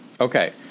Okay